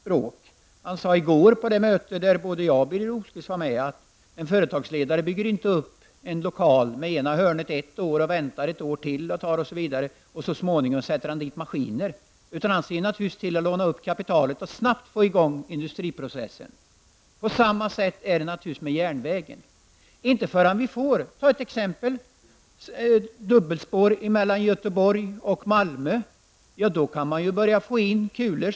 På det möte i går som både jag och Birger Rosqvist bevistade sade han att en företagsledare inte bygger upp en lokal med ett hörn ett år, ett annat hörn nästa år, för att så småningom sätta dit maskiner. Han lånar naturligtvis upp erforderligt kapital för att snabbt få i gång industriprocessen. På samma sätt är det givetvis med järnvägen. Låt mig ta ett exempel: Först när det blir dubbelspår mellan Göteborg och Malmö börjar det komma in ''kulor''.